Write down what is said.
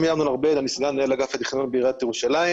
אני סגן מנהל אגף התכנון בעיריית ירושלים.